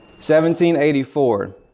1784